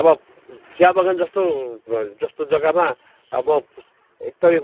अब चियाबगान जस्तो जस्तो जग्गामा अब म एकदमै